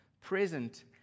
present